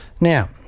Now